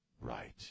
right